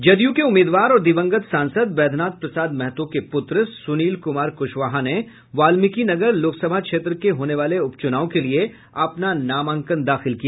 जदयू के उम्मीदवार और दिवंगत सांसद बैद्यनाथ प्रसाद महतो के पुत्र सुनील कुमार कुशवाहा ने बाल्मीकि नगर लोकसभा क्षेत्र के होने वाले उपचुनाव के लिए अपना नामांकन दाखिल किया